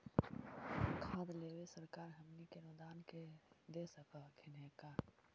खाद लेबे सरकार हमनी के अनुदान दे सकखिन हे का?